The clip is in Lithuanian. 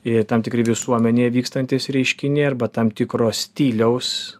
ir tam tikri visuomenėje vykstantys reiškiniai arba tam tikro stiliaus